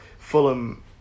Fulham